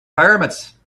pyramids